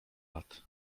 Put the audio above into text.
lat